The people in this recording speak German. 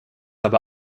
aber